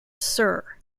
sir